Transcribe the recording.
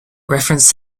reference